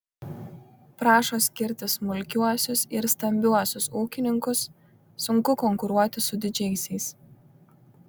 prašo skirti smulkiuosius ir stambiuosius ūkininkus sunku konkuruoti su didžiaisiais